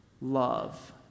love